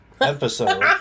episode